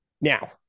now